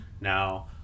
Now